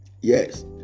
Yes